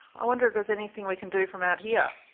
i wonder if there's anything we can do from out here.